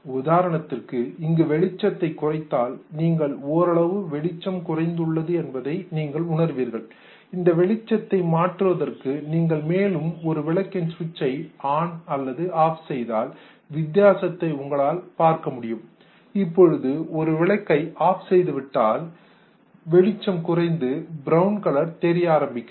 உதாரணத்திற்கு இங்கு வெளிச்சத்தை குறைத்தால் நீங்கள் ஓரளவு வெளிச்சம் குறைந்து உள்ளது என்பதை நீங்கள் உணர்வீர்கள் இந்த வெளிச்சத்தை மாற்றுவதற்கு நீங்கள் மேலும் ஒரு விளக்கின் ஸ்விச்ட்சை ஆன் அல்லது ஆப் செய்யதால் வித்தியாசத்தை உங்களால் பார்க்க முடியும் இப்பொழுது ஒரு விளக்கை ஆப் செய்துவிட்டால் வெளிச்சம் குறைந்து பிரவுன் கலர் தெரிய ஆரம்பிக்கிறது